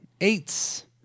Eights